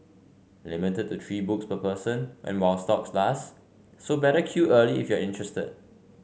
limited to three books per person and while stocks last so better queue early if you're interested